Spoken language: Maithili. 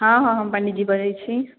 हँ हँ हम पण्डीजी बजै छी